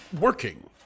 working